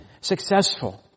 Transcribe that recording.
successful